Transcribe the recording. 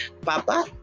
Papa